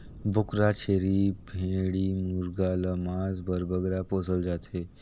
बोकरा, छेरी, भेंड़ी मुरगा ल मांस बर बगरा पोसल जाथे